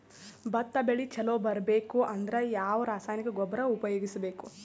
ಭತ್ತ ಬೆಳಿ ಚಲೋ ಬರಬೇಕು ಅಂದ್ರ ಯಾವ ರಾಸಾಯನಿಕ ಗೊಬ್ಬರ ಉಪಯೋಗಿಸ ಬೇಕು?